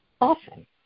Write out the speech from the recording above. often